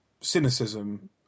cynicism